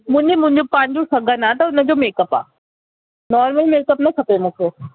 मुंहिंजे मुंहिंजो पंहिंजो सगन आहे त उनजो मेकअप आहे नॉर्मल मेकअप न खपे मूंखे